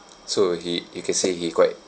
so he you can say he quite